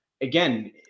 again